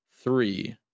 three